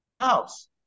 house